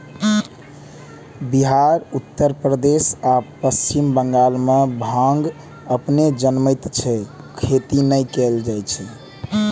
बिहार, उत्तर प्रदेश आ पश्चिम बंगाल मे भांग अपने जनमैत छै, खेती नै कैल जाए छै